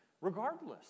Regardless